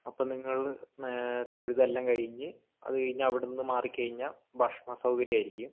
അപ്പോൾ നിങ്ങൾ തൊഴുതെല്ലാം കഴിഞ്ഞ് അതുകഴിഞ്ഞ് അവിടുന്ന് മാറിക്കഴിഞ്ഞാൽ ഭക്ഷണസൗകര്യം ആയിരിക്കും